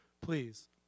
Please